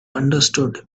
understood